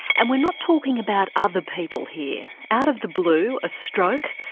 and we're not talking about other people here. out of the blue, a stroke,